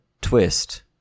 twist